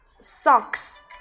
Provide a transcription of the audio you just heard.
socks